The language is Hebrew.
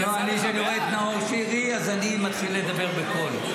יצא לך --- כשאני רואה את נאור שירי אז אני מתחיל לדבר בקול.